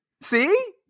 See